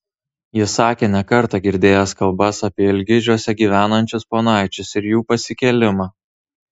jis sakė ne kartą girdėjęs kalbas apie ilgižiuose gyvenančius ponaičius ir jų pasikėlimą